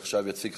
10) (ביטול איסור הפרסום לגבי פרסום שנעשה בהסכמה),